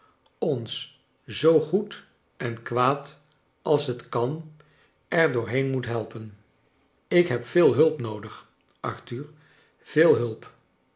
ons zoo goed en kwaad als het kan er door moet helpen ik heb veel hulp noodig f arthur veel hulp